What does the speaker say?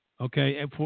Okay